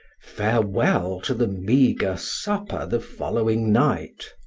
farewell to the meager supper the following night!